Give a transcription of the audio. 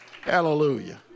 Hallelujah